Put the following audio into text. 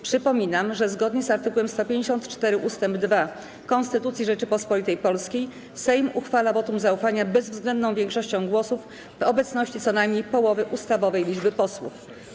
Przypominam, że zgodnie z art. 154 ust. 2 Konstytucji Rzeczypospolitej Polskiej Sejm uchwala wotum zaufania bezwzględną większością głosów w obecności co najmniej połowy ustawowej liczby posłów.